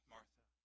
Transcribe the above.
Martha